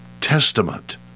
Testament